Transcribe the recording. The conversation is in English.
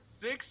Six